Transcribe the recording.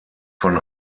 von